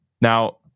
now